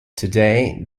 today